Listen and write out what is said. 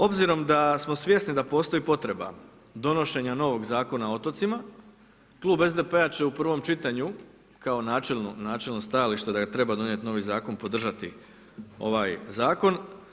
Obzirom da smo svjesni da postoji potreba donošenja novog Zakona o otocima, klub SDP-a će u prvom čitanju, kao načelno stajalište da treba donijeti novi zakon, podržati ovaj zakon.